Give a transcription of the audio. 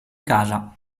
casa